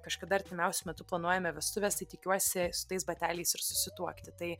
kažkada artimiausiu metu planuojame vestuves tai tikiuosi su tais bateliais ir susituokti tai